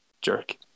jerk